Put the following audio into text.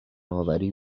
آوری